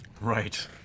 Right